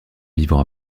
vivant